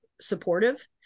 supportive